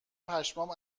پشمام